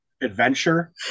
adventure